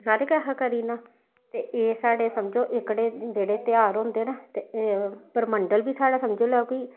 सारे किसै करी ओड़ना ते एह् साढ़े समझो एह्कड़े जेह्ड़े तेहार होंदे न ते एह् परमंडल बी साढ़ा समझी लैओ कि